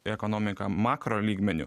į ekonomiką makaro lygmeniu